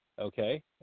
okay